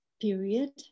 period